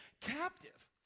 captive